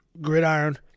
gridiron